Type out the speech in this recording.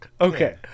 Okay